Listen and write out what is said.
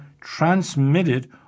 transmitted